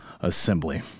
Assembly